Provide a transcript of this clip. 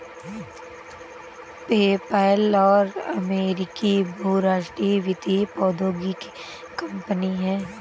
PayPal एक अमेरिकी बहुराष्ट्रीय वित्तीय प्रौद्योगिकी कंपनी है